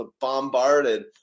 bombarded